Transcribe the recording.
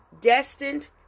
destined